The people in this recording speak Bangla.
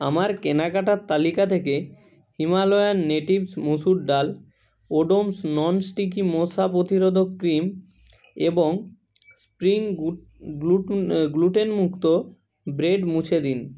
আমার কেনাকাটার তালিকা থেকে হিমালয়ান নেটিভস মুসুর ডাল ওডোমস নন স্টিকি মশা প্রতিরোধক ক্রিম এবং স্প্রিং গুট গ্লুটুন গ্লুটেনমুক্ত ব্রেড মুছে দিন